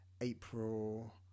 april